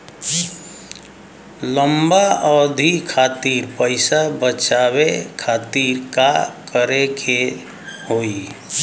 लंबा अवधि खातिर पैसा बचावे खातिर का करे के होयी?